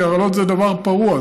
כי הרעלות זה דבר פרוע,